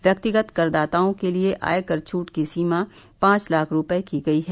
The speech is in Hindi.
व्यक्तिगत करदाताओं के लिए आयकर छूट की सीमा पांच लाख रूपये की गई है